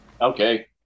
Okay